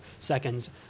seconds